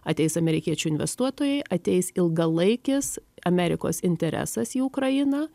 ateis amerikiečių investuotojai ateis ilgalaikis amerikos interesas į ukrainą